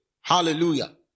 Hallelujah